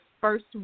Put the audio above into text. first